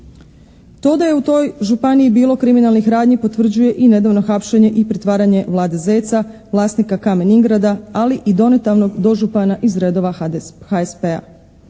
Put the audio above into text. To da je u toj županiji bilo kriminalnih radnji potvrđuje i nedavno hapšenje i pritvaranje Vlade Zeca, vlasnika "Kamen Ingrada", ali i donedavnog dožupana iz redova HSP-a.